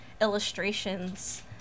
illustrations